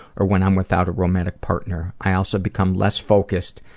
or when i'm without a romantic partner. i also become less focused,